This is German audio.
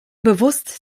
bewusst